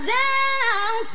down